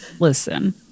Listen